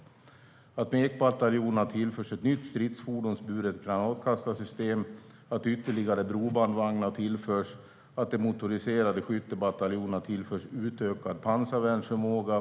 Vi kom också överens om att mekbataljonerna tillförs ett nytt stridsfordonsburet granatkastarsystem, att ytterligare brobandvagnar tillförs och att de motoriserade skyttebataljonerna tillförs utökad pansarvärnsförmåga.